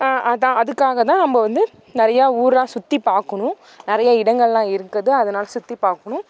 அதான் அதுக்காக தான் நம்ப வந்து நிறையா ஊராக சுற்றிப்பாக்கணும் நிறைய இடங்கள் எல்லாம் இருக்குது அதனால் சுற்றி பார்க்குணும்